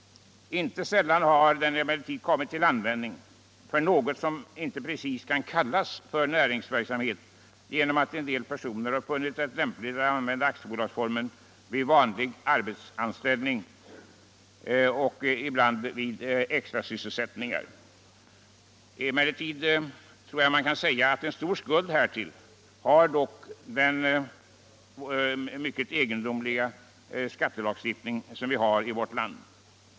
Inte I sällan har den emellertid kommit till användning för något som inte Avveckling av s.k. precis kan kallas för näringsverksamhet, genom att en del personer har = faktisk sambeskattfunnit det lämpligt att använda aktiebolagsformen vid vanlig arbetsan = ning ställning och ibland också vid extrasysselsättningar. Jag tror man kan säga att en stor skuld härtill har den mycket egendomliga skattelagstiftningen i vårt land.